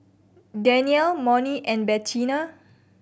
Danniel Monnie and Bettina